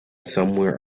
somewhere